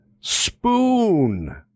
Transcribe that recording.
spoon